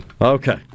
Okay